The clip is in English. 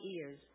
ears